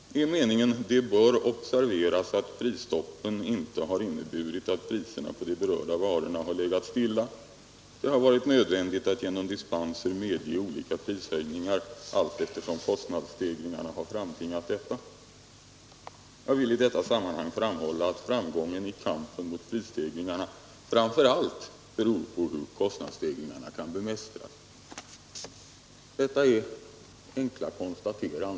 Det gäller följande stycke: ”Det bör observeras att prisstoppen inte har inneburit att priserna på de berörda varorna har legat stilla. Det har varit nödvändigt att genom dispenser medge olika prishöjningar allteftersom kostnadsstegringarna har framtvingat detta. Jag vill i detta sammanhang framhålla att framgången i kampen mot prisstegringarna framför allt beror på hur kostnadsstegringarna kan bemästras.” Detta är enkla konstateranden.